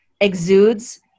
exudes